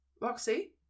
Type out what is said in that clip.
Roxy